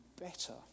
better